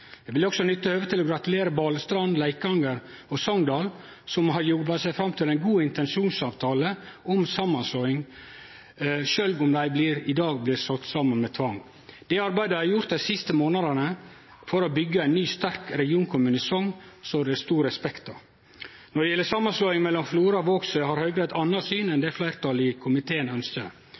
Eg vil også nytte høvet til å gratulere Balestrand, Leikanger og Sogndal, som har jobba seg fram til ei god intensjonsavtale om samanslåing, sjølv om dei i dag blir slått saman med tvang. Det arbeidet dei har gjort dei siste månadane for å byggje ein ny, sterk regionkommune i Sogn, står det stor respekt av. Når det gjeld samanslåing mellom Flora og Vågsøy, har Høgre eit anna syn enn det som fleirtalet i komiteen ønskjer.